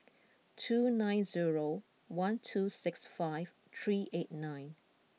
two nine zero one two six five three eight nine